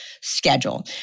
schedule